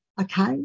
Okay